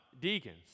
deacons